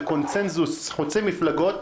בקונצנזוס חוצה מפלגות,